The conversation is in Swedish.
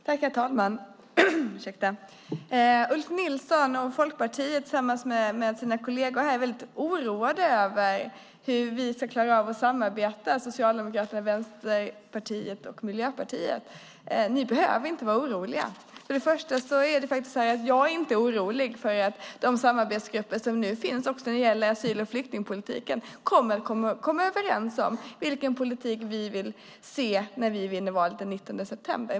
Herr talman! Ulf Nilsson och Folkpartiet tillsammans med kollegerna här är väldigt oroade över hur vi i Socialdemokraterna, Vänsterpartiet och Miljöpartiet ska kunna klara av att samarbeta. Ni behöver inte vara oroliga. Jag är inte orolig för att de samarbetsgrupper som nu finns när det gäller asyl och flyktingpolitiken kommer att komma överens om vilken politik vi vill se när vi vinner valet den 19 september.